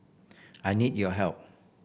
I need your help